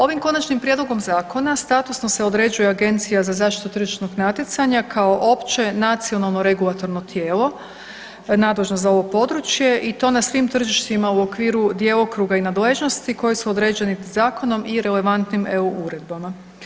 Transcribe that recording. Ovim konačnim prijedlogom zakona statusno se određuje Agencija za zaštitu tržišnog natjecanja kao opće nacionalno regulatorno tijelo nadležno za ovo područje i to na svim tržištima u okviru djelokruga i nadležnosti koji su određeni zakonom i relevantnim EU uredbama.